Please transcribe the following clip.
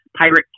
pirate